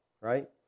Right